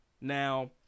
Now